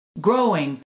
growing